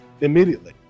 immediately